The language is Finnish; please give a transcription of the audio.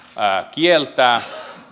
kieltää